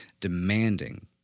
demanding